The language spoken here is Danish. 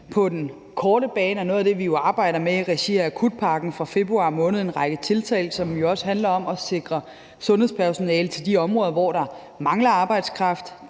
på den korte bane, og noget af det, som vi arbejder med i regi af akutpakken fra februar måned, er en række tiltag, som jo også handler om at sikre sundhedspersonale til de områder, hvor der mangler arbejdskraft.